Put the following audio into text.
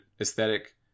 aesthetic